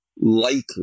likely